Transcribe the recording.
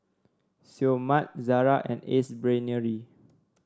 Seoul Mart Zara and Ace Brainery